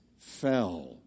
fell